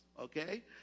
Okay